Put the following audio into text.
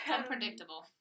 unpredictable